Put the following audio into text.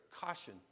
caution